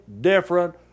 different